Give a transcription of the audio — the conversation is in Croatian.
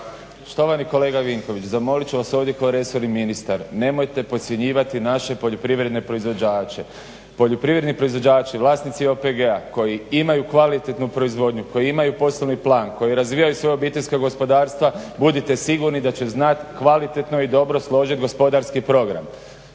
Štovani kolega Vinković, zamolit ću vas ovdje kao resorni ministar, nemojte podcjenjivati naše poljoprivredne proizvođače. Poljoprivredni proizvođači, vlasnici OPG-a koji imaju kvalitetnu proizvodnju, koji imaju poslovni plan, koji razvijaju svoja obiteljska gospodarstva budite sigurni da će znat kvalitetno i dobro složit gospodarski program.